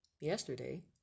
yesterday